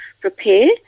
prepare